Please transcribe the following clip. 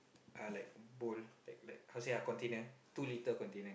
uh like bowl like like how say ah container two litre container